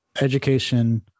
education